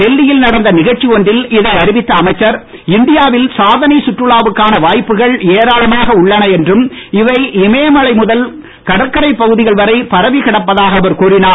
டெல்லியில் நடந்த நீகழ்ச்சி ஒன்றில் இதை அறிவித்த அமைச்சர் இந்தியாவில் சாதனை சுற்றுலாவுக்கான வாய்ப்புகள் ஏராளமாக உள்ளன என்றும் இவை இமயமலை முதல் கடற்கரை பகுதிகள் வரை பரவி இடப்பதாக அவர் கூறினார்